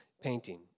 painting